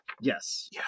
Yes